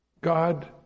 God